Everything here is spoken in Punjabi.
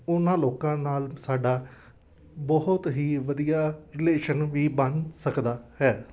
ਉਹਨਾਂ ਲੋਕਾਂ ਨਾਲ ਸਾਡਾ ਬਹੁਤ ਹੀ ਵਧੀਆ ਰਿਲੇਸ਼ਨ ਵੀ ਬਣ ਸਕਦਾ ਹੈ